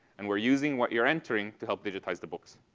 and we're using what you're entering to help digitize the books.